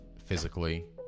physically